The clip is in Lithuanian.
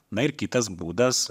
na ir kitas būdas